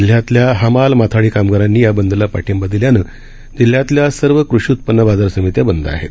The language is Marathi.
जिल्ह्यातल्याहमाल माथाडीकामगारांनीयाबंदलापाठिंबादिल्यानंजिल्ह्यातल्यासर्वकृषीउत्पन्नबाजारसमित्याबंदआहेत